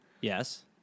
Yes